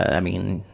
i mean,